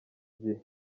gihe